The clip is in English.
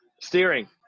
Steering